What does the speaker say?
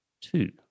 Two